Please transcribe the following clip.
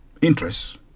interests